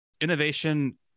innovation